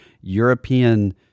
European